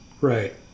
Right